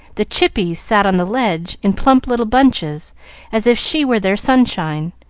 the chippies sat on the ledge in plump little bunches as if she were their sunshine,